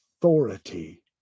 authority